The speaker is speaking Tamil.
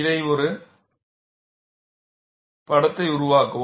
இதை ஒரு படத்தை உருவாக்கவும்